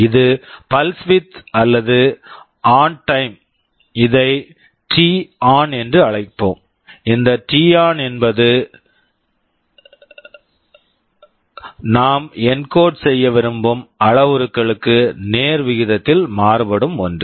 இது pulse width pulse width அல்லது on ON time time இதை டி ஆன் t on என்று அழைப்போம் இந்த டி ஆன் t on என்பது நாம் என்கோட் encode செய்ய விரும்பும் அளவுருக்களுக்கு நேர் விகிதத்தில் மாறுபடும் ஒன்று